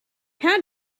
how